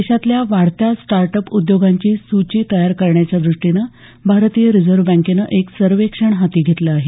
देशातल्या वाढत्या startup उद्योगांची सूची तयार करण्याच्या द्रष्टीनं भारतीय रिझर्व्ह बँकेनं एक सर्वेक्षण हाती घेतलं आहे